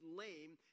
lame